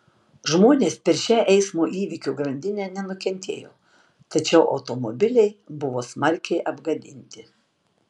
žmonės per šią eismo įvykių grandinę nenukentėjo tačiau automobiliai buvo smarkiai apgadinti